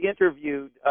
interviewed